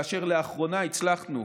ולאחרונה הצלחנו